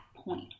point